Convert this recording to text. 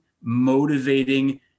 motivating